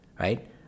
right